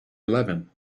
eleven